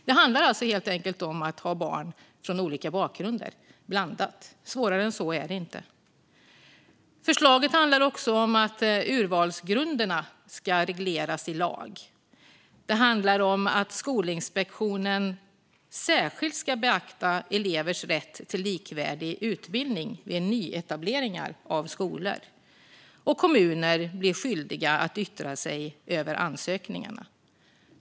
Det handlar helt enkelt om att ha barn från olika bakgrunder blandat. Svårare än så är det inte. Förslaget handlar också om att urvalsgrunderna ska regleras i lag. Det handlar om att Skolinspektionen särskilt ska beakta elevers rätt till likvärdig utbildning vid nyetableringar av skolor. Och kommuner blir skyldiga att yttra sig över ansökningarna.